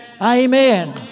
amen